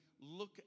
look